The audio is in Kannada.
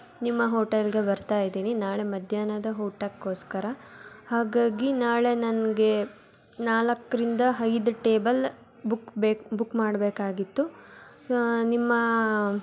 ನಿಮ್ಮ ಹೋಟೆಲ್ಗೆ ಬರ್ತಾ ಇದ್ದೀನಿ ನಾಳೆ ಮಧ್ಯಾಹ್ನದ ಊಟಕ್ಕೋಸ್ಕರ ಹಾಗಾಗಿ ನಾಳೆ ನನಗೆ ನಾಲ್ಕರಿಂದ ಐದು ಟೇಬಲ್ ಬುಕ್ ಬೇಕು ಬುಕ್ ಮಾಡಬೇಕಾಗಿತ್ತು ನಿಮ್ಮ